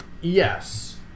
yes